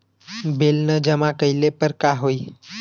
Bill न जमा कइले पर का होई?